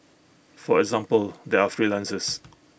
for example they are freelancers